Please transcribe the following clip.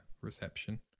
reception